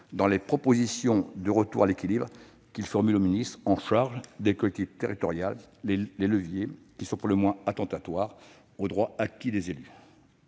dans les propositions de retour à l'équilibre qu'il formule au ministre chargé des collectivités territoriales, les leviers qui sont le moins attentatoires aux droits acquis des élus.